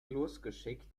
losgeschickt